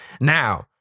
Now